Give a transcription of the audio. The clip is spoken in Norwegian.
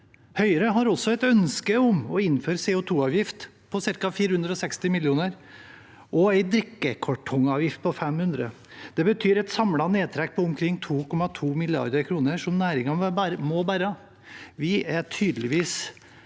Høyre har også et ønske om å innføre en CO2-avgift på ca. 460 mill. kr, og en drikkekartongavgift på 500 mill. kr. Det betyr et samlet nedtrekk på omkring 2,2 mrd. kr, som næringen må bære. Vi har tydeligvis